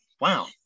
wow